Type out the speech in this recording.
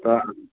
तऽ आबु